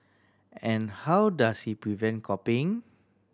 and how does he prevent copying